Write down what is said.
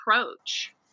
approach